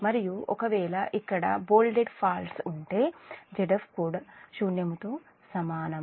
మరియు ఒకవేళ ఇక్కడ బొల్టెడ్ ఫాల్ట్స్ ఉంటే Zf శూన్యము తో సమానం